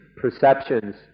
perceptions